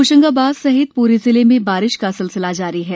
होशंगाबाद सहित पूरे जिले में बारिश का सिलसिला जारी है